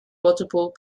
multiple